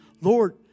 Lord